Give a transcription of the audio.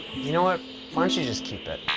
you know what, what don't you just keep it.